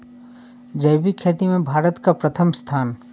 जैविक खेती में भारत का प्रथम स्थान